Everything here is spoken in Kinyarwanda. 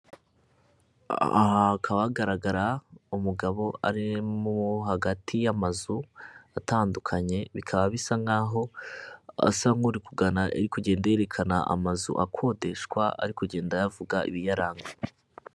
Aha hakaba hagaragara umugabo arimo hagati y'amazu atandukanye, bikaba bisa nk'aho asa n'uri kugenda yerekana amazu akodeshwa ari kugenda ayavuga ibiyaranga.